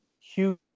huge